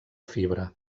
fibra